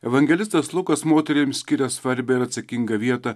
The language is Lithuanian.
evangelistas lukas moterims skiria svarbią ir atsakingą vietą